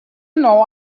know